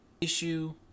issue